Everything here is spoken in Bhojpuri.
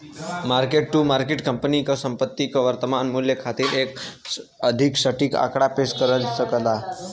मार्क टू मार्केट कंपनी क संपत्ति क वर्तमान मूल्य खातिर एक अधिक सटीक आंकड़ा पेश कर सकला